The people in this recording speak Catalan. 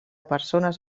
persones